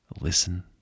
Listen